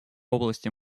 области